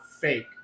fake